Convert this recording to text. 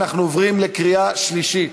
אנחנו עוברים לקריאה שלישית,